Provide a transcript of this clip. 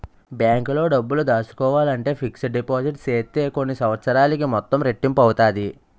బ్యాంకులో డబ్బులు దాసుకోవాలంటే ఫిక్స్డ్ డిపాజిట్ సేత్తే కొన్ని సంవత్సరాలకి మొత్తం రెట్టింపు అవుతాది